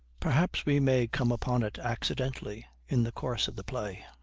perhaps we may come upon it accidentally in the course of the play.